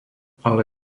ale